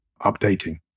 updating